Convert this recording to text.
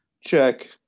check